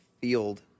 field